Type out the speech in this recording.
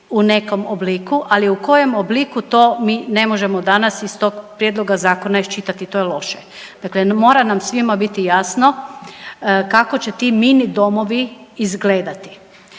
u nekom obliku, ali u koje obliku to mi ne možemo danas iz tog prijedloga zakona iščitati, to je loše. Dakle, mora nam svima biti jasno kako će ti mini domovi izgledati.